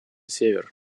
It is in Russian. север